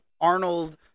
Arnold